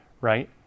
Right